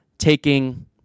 taking